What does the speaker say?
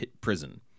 prison